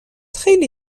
خیلی